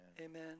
Amen